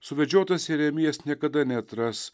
suvedžiotas jeremijas niekada neatras